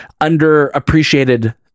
underappreciated